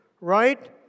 right